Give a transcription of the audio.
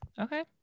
okay